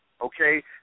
okay